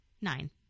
Nine